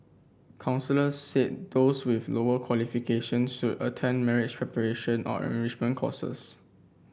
counsellors said those with lower qualifications should attend marriage preparation or enrichment courses